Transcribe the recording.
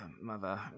Mother